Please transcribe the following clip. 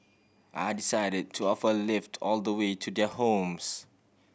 I decided to offer a lift all the way to their homes